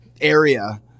area